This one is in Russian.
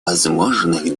возможных